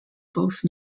both